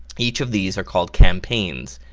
each of these are called campaigns,